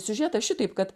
siužetą šitaip kad